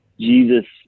Jesus